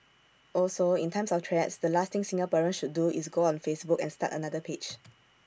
also in times of threats the last thing Singaporeans should do is go on Facebook and start another page